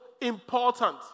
important